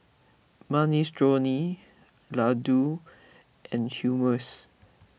Minestrone Ladoo and Hummus